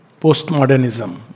postmodernism